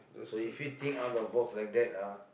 so if you think out of the box like that ah